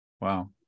Wow